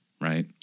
right